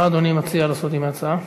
מה אדוני מציע לעשות עם ההצעה?